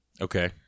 Okay